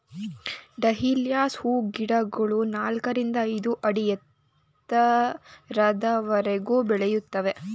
dahlias ಹೂಗಿಡಗಳು ನಾಲ್ಕರಿಂದ ಐದು ಅಡಿ ಎತ್ತರದವರೆಗೂ ಬೆಳೆಯುತ್ತವೆ